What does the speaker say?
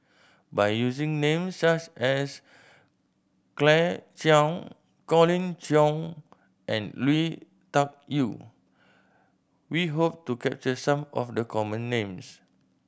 by using names such as Claire Chiang Colin Cheong and Lui Tuck Yew we hope to capture some of the common names